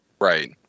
Right